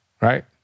right